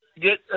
Get